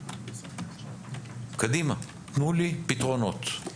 קדימה, תנו לי פתרונות.